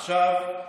עכשיו,